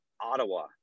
Ottawa